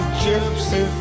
gypsy